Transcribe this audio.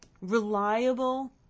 reliable